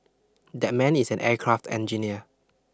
that man is an aircraft engineer